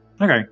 Okay